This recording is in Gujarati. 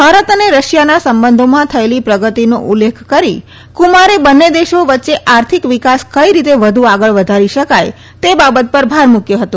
ભારત અને રશિયાના સંબંધોમાં થયેલી પ્રગતિનો ઉલ્લેખ કરી ક્રમારે બંને દેશો વચ્ચે આર્થિક વિકાસ કઈ રીતે વધુ આગળ વધારી શકાય તે બાબત પર ભાર મૂક્વો હતો